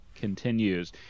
continues